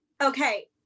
okay